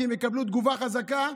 כי הם יקבלו תגובה חזקה,